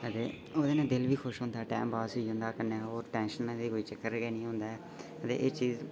ते ओह्दे नै दिल बी ख़ुश होन्दा हा ते टैम पास बी होई जन्दा हा ते कन्नै होर टेंशनां दा कोई चक्कर गै निं होंदा ऐ ते एह् चीज़